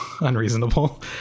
unreasonable